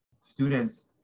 students